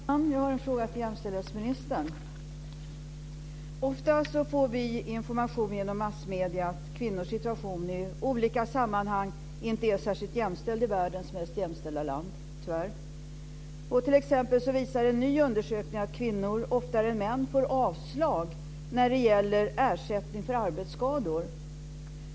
Fru talman! Jag har en fråga till jämställdhetsministern. Tyvärr får vi ofta information genom massmedierna att kvinnors situation i olika sammanhang inte är särskilt jämställd i världens mest jämställda land. En ny undersökning visar t.ex. att kvinnor oftare än män får avslag när det gäller ersättning för arbetsskador.